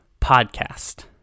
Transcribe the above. podcast